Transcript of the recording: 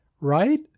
right